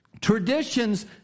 Traditions